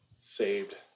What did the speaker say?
saved